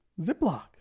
Ziploc